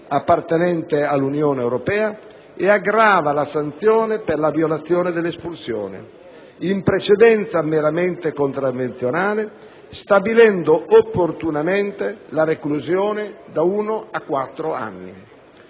appartenente all'Unione europea e aggrava la sanzione per la violazione dell'espulsione, in precedenza meramente contravvenzionale, stabilendo opportunamente la reclusione da uno a quattro anni.